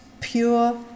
pure